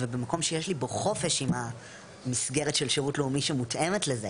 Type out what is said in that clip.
ובמקום שיש לו בו חופש עם המסגרת של שירות לאומי שמותאמת לזה.